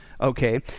Okay